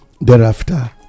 thereafter